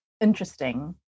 interesting